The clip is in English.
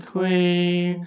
Queen